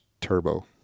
turbo